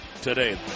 today